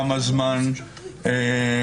כמה זמן חלף?